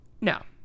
Now